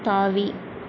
தாவி